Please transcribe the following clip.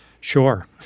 sure